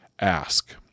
ask